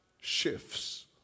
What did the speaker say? shifts